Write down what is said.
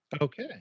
Okay